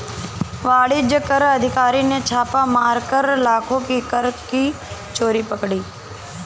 वाणिज्य कर अधिकारी ने छापा मारकर लाखों की कर की चोरी पकड़ी